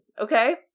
Okay